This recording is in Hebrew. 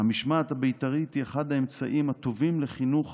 המשמעת הבית"רית היא אחד האמצעים הטובים לחינוך